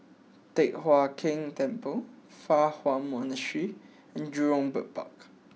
Teck Hai Keng Temple Fa Hua Monastery and Jurong Bird Park